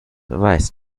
weiß